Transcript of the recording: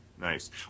Nice